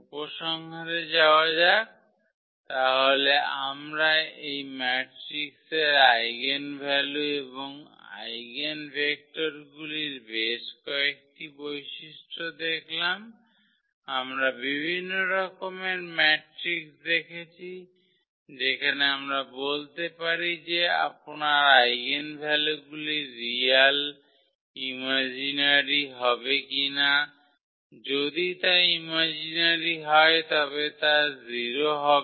উপসংহারে যাওয়া যাক তাহলে আমরা এই ম্যাট্রিক্সের আইগেনভ্যালু এবং আইগেনভেক্টরগুলির বেশ কয়েকটি বৈশিষ্ট্য দেখলাম আমরা বিভিন্ন রকমের ম্যাট্রিক্স দেখেছি যেখানে আমরা বলতে পারি যে আপনার আইগেনভ্যালুগুলি রিয়াল ইমাজিনারি হবে কিনা যদি তা ইমাজিনারি হয় তবে তা 0 হবে